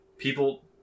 people